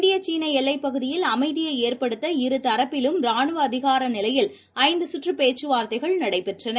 இந்திய சீனஎல்லைப் பகுதியில் அமைதியைஏற்படுத்த இருதரப்பிலும் ராணுவ அதிகாரநிலையில் ஐந்துசுற்றுப் பேச்சுவார்த்தைகள் நடைபெற்றுள்ளன